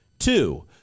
Two